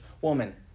woman